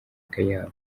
akayabo